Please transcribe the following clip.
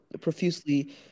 profusely